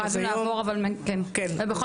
אבל אנחנו התחלנו לעבור, כן.